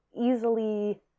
easily